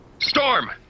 Storm